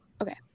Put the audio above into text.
Okay